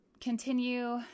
continue